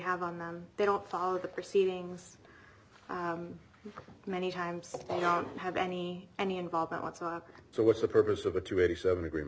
have on them they don't follow the proceedings many times have any any involvement whatsoever so what's the purpose of the two eighty seven agree